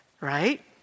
right